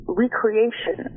recreation